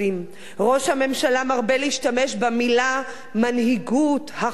ראש הממשלה מרבה להשתמש במלים, מנהיגות, הכרעה.